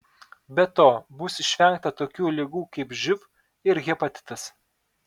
be to bus išvengta tokių ligų kaip živ ir hepatitas